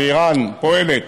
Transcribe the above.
ואיראן פועלת,